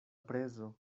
prezo